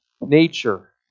nature